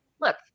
look